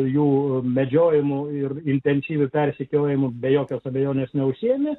jų medžiojimo ir intensyviu persekiojimu be jokios abejonės neužsiėmė